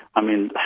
i mean,